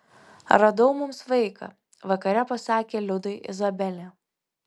radau mums vaiką vakare pasakė liudui izabelė